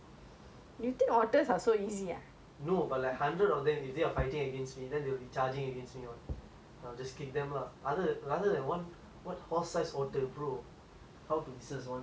no but like hundred of them instead of fighting against me then they will charging against me what then I'll just kick them lah other rather than one what one horse size otter brother how to versus one V one I mean like so big